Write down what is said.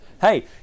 hey